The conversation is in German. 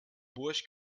burj